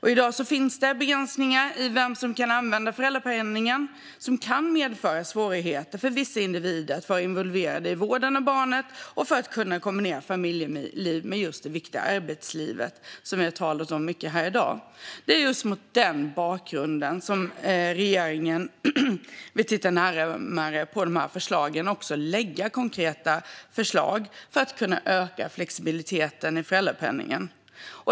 I dag finns det begränsningar i vem som kan använda föräldrapenningen, vilket kan medföra svårigheter för vissa individer att vara involverade i vården av barnet och kunna kombinera familjeliv med det viktiga arbetslivet, som vi talat mycket om här i dag. Det är mot denna bakgrund regeringen vill titta närmare på förslagen. Regeringen vill också lägga fram konkreta förslag för att öka flexibiliteten i föräldrapenningen.